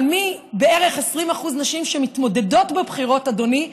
אבל מבערך 20% נשים שמתמודדות בבחירות, אדוני,